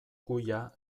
kuia